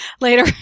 later